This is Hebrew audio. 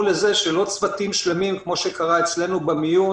לזה שלא צוותים שלמים כמו שקרה אצלנו במיון,